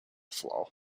flow